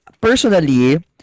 personally